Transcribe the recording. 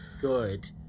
Good